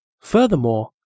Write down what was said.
Furthermore